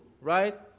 right